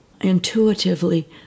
intuitively